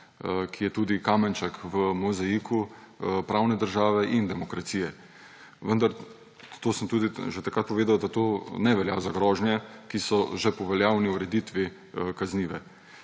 ki je tudi kamenček v mozaiku pravne države in demokracije. Vendar – to sem tudi že takrat povedal – to ne velja za grožnje, ki so že po veljavni ureditvi kaznive.